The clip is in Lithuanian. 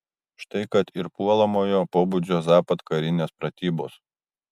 štai kad ir puolamojo pobūdžio zapad karinės pratybos